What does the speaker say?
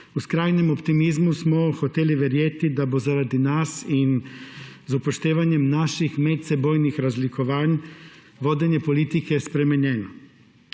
V skrajnem optimizmu smo hoteli verjeti, da bo zaradi nas in z upoštevanjem naših medsebojnih razlikovanj vodenje politike spremenjeno.